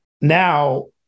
now